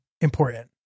important